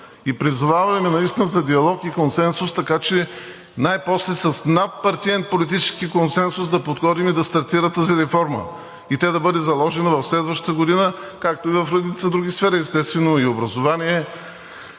И призоваваме наистина за диалог и консенсус, така че най-после с надпартиен политически консенсус да подходим и да стартира тази реформа, и тя да бъде заложена в следващата година, както и в редица други сфери, естествено – и в образованието,